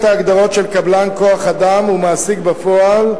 ההגדרות של קבלן כוח-אדם ומעסיק בפועל,